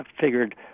figured